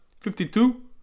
Fifty-two